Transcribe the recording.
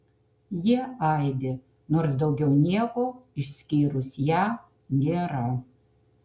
jie aidi nors daugiau nieko išskyrus ją nėra